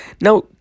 Now